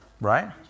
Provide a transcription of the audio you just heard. Right